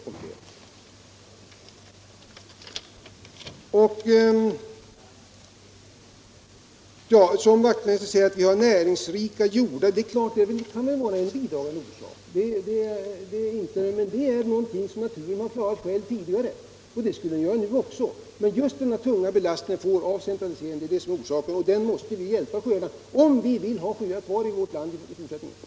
Herr Wachtmeister i Johannishus sade att orsaken kan vara näringsrika jordar, och naturligtvis kan det vara en bidragande orsak. Men det är någonting som naturen tidigare har klarat själv, och det skulle den göra nu också, om den fick möjligheter. Men grundorsaken, den tunga belastning som centraliseringen för med sig, måste vi hjälpa sjöarna med, om vi vill ha några friska sjöar i vårt land i fortsättningen.